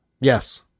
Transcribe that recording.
Yes